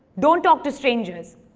don't talk to strangers!